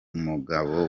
umugabo